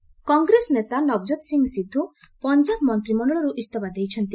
ସିଦ୍ଧ କଂଗ୍ରେସ ନେତା ନବଜୋତ ସିଂହ ସିଦ୍ଧୁ ପଞ୍ଜାବ ମନ୍ତ୍ରିମଣ୍ଡଳର୍ ଇସ୍ତଫା ଦେଇଛନ୍ତି